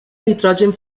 nitrogen